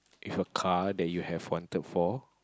with a car that you have wanted for